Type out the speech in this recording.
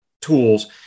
tools